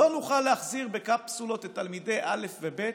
לא נוכל להחזיר בקפסולות את תלמידי א' וב',